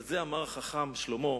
על זה אמר החכם שלמה,